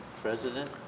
President